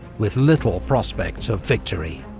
with little prospect of victory.